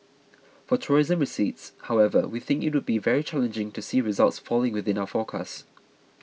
for tourism receipts however we think it would be very challenging to see results falling within our forecast